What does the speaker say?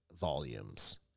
volumes